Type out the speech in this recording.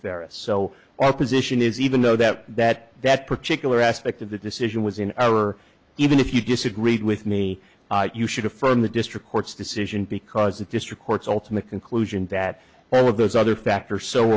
ferrous so our position is even though that that that particular aspect of the decision was in error even if you disagreed with me you should affirm the district court's decision because the district court's ultimate conclusion that all of those other factor so